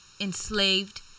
enslaved